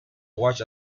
watch